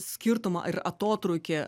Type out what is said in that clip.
skirtumą ir atotrūkį